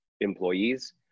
employees